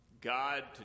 God